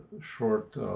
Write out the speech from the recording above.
short